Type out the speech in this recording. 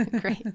great